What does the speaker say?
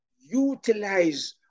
utilize